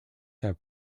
have